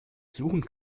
suchen